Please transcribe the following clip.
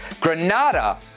Granada